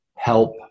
help